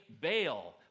bail